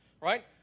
right